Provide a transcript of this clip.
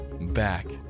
back